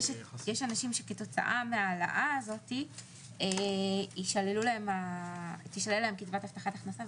יש אנשים שכתוצאה מהעלאה הזאת תישלל להם קצבת הבטחת הכנסה,